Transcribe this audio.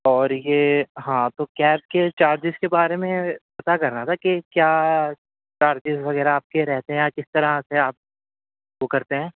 اور یہ ہاں تو کیب کے چارجز کے بارے میں پتا کرنا تھا کہ کیا چارجز وغیرہ آپ کے رہتے ہیں اور کس طرح سے آپ وہ کرتے ہیں